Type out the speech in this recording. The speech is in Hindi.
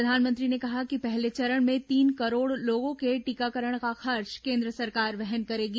प्रधानमंत्री ने कहा कि पहले चरण में तीन करोड़ लोगों के टीकाकरण का खर्च केंद्र सरकार वहन करेगी